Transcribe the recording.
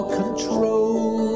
control